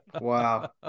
Wow